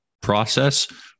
process